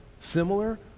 similar